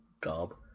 garb